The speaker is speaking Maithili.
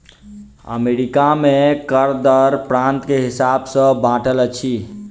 अमेरिका में कर दर प्रान्त के हिसाब सॅ बाँटल अछि